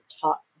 taught